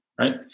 Right